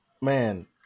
man